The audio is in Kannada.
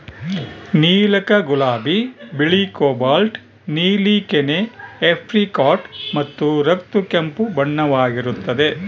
ನೀಲಕ ಗುಲಾಬಿ ಬಿಳಿ ಕೋಬಾಲ್ಟ್ ನೀಲಿ ಕೆನೆ ಏಪ್ರಿಕಾಟ್ ಮತ್ತು ರಕ್ತ ಕೆಂಪು ಬಣ್ಣವಾಗಿರುತ್ತದೆ